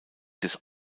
des